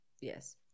yes